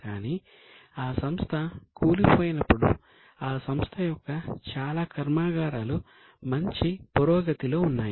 కానీ ఆ సంస్థ కూలిపోయినప్పుడు ఆ సంస్థ యొక్క చాలా కర్మాగారాలు మంచి పురోగతిలో ఉన్నాయి